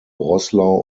roßlau